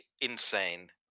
insane